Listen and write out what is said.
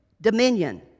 dominion